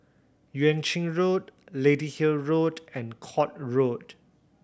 Yuan Ching Road Lady Hill Road and Court Road